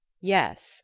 Yes